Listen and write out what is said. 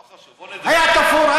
היה תפור.